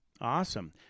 Awesome